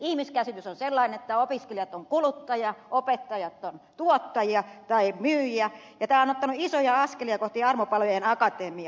ihmiskäsitys on sellainen että opiskelijat ovat kuluttajia opettajat ovat tuottajia tai myyjiä ja tämä on ottanut isoja askelia kohti armopalojen akatemiaa